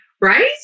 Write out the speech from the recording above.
Right